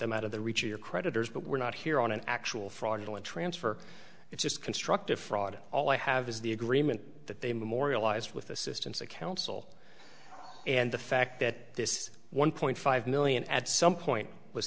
them out of the reach of your creditors but we're not here on an actual fraudulent transfer it's just constructive fraud all i have is the agreement that they memorialized with assistance of counsel and the fact that this one point five million at some point was